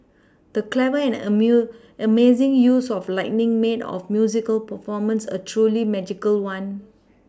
the clever and amazing use of lighting made of musical performance a truly magical one